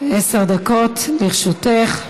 עשר דקות לרשותך.